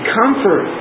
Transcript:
comfort